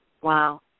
Wow